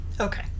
Okay